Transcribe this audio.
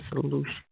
solution